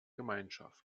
gemeinschaft